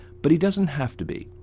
but he doesn't have to be,